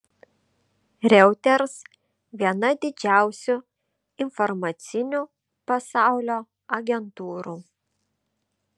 reuters viena didžiausių informacinių pasaulio agentūrų